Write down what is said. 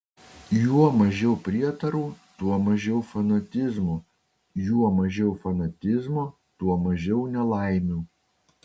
juo mažiau prietarų tuo mažiau fanatizmo juo mažiau fanatizmo tuo mažiau nelaimių